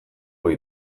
ohi